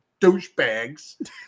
douchebags